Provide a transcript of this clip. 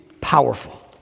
powerful